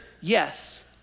yes